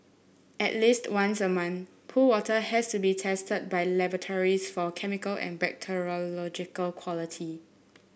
at least once a month pool water has to be tested by laboratories for chemical and bacteriological quality